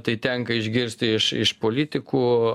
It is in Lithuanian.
tai tenka išgirsti iš iš politikų